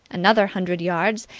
another hundred yards,